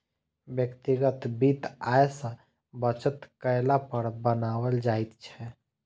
व्यक्तिगत वित्त आय सॅ बचत कयला पर बनाओल जाइत छै